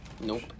Nope